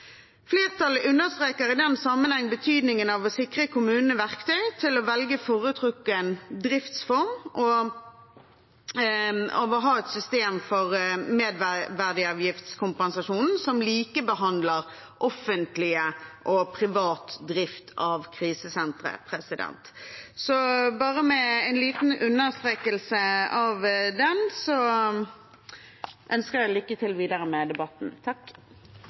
Flertallet understreker i denne sammenheng betydningen av å sikre kommunene verktøy til å velge foretrukken driftsform og av å ha et system for merverdiavgiftskompensasjon som likebehandler offentlig og privat drift av krisesentre.» Så bare med en liten understreking av den merknaden ønsker jeg lykke til videre med debatten. Takk